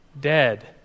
dead